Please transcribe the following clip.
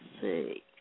see